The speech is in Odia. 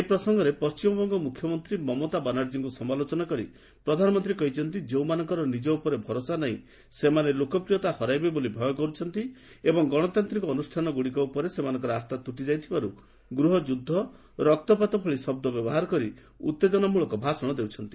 ଏ ପ୍ରସଙ୍ଗରେ ପଣ୍ଠିମବଙ୍ଗ ମୁଖ୍ୟମନ୍ତ୍ରୀ ମମତା ବାନାର୍ଜୀଙ୍କୁ ସମାଲୋଚନା କରି ପ୍ରଧାନମନ୍ତ୍ରୀ କହିଛନ୍ତି ଯେଉଁମାନଙ୍କର ନିଜ ଉପରେ ଭରସା ନାହିଁ ସେମାନେ ଲୋକପ୍ରିୟତା ହରାଇବେ ବୋଲି ଭୟ କରୁଛନ୍ତି ଏବଂ ଗଣତାନ୍ତ୍ରିକ ଅନୁଷ୍ଠାନଗୁଡ଼ିକ ଉପରେ ସେମାନଙ୍କର ଆସ୍ଥା ତ୍ରୁଟିଯାଇଥିବାରୁ ଗୃହଯୁଦ୍ଧ ରକ୍ତପାତ ଭଳି ଶବ୍ଦ ବ୍ୟବହାର କରି ଉତ୍ତେଜନାମଳକ ଭାଷଣ ଦେଉଛନ୍ତି